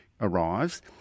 arrives